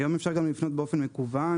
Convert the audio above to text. היום אפשר גם לפנות באופן מקוון.